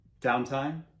downtime